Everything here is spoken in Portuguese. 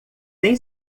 tem